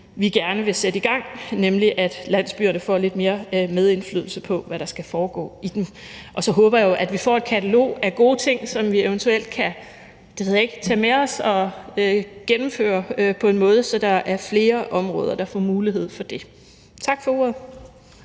vi gerne vil sætte i gang, nemlig at landsbyerne får lidt mere medindflydelse på, hvad der skal foregå i dem. Og så håber jeg, at vi får et katalog af gode ting, som vi eventuelt kan tage med os og kan gennemføre på en måde, så der er flere områder, der får mulighed for det. Tak for ordet.